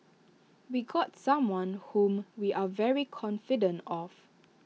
we got someone whom we are very confident of